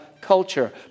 culture